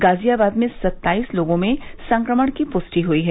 गाजियाबाद में सत्ताईस लोगों में संक्रमण की पुष्टि हुई है